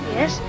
Yes